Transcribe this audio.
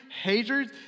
hatred